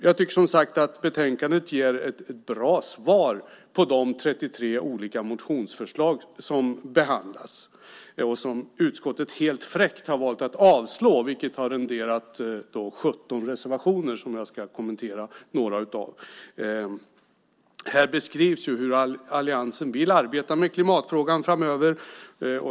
Jag tycker som sagt att betänkandet ger ett bra svar på de 33 olika motionsförslag som behandlas och som utskottet helt fräckt har valt att avstyrka, vilket har renderat 17 reservationer. Jag ska kommentera några av dem. Här beskrivs hur alliansen vill arbeta med klimatfrågan framöver.